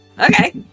Okay